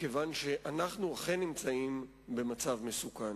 מכיוון שאנחנו אכן נמצאים במצב מסוכן.